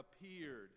appeared